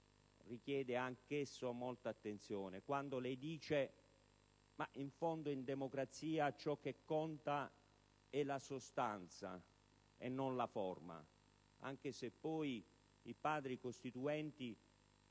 richiede anch'esso molta attenzione. Lei dice che, in fondo, in democrazia ciò che conta è la sostanza e non la forma, anche se poi i Padri costituenti